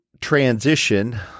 transition